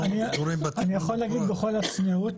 אני יכול להגיד בכל הצניעות